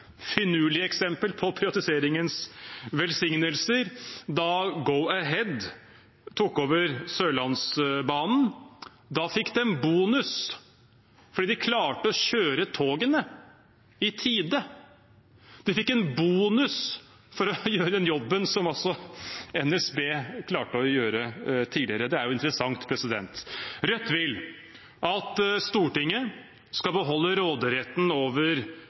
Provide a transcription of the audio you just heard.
eksempel på privatiseringens velsignelser da Go-Ahead tok over Sørlandsbanen. Da fikk de bonus fordi de klarte å kjøre togene i tide. De fikk en bonus for å gjøre den jobben som NSB altså klarte å gjøre tidligere. Det er jo interessant. Rødt vil at Stortinget skal beholde råderetten over